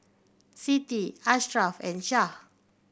Siti Ashraff and Syah